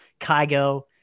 Kygo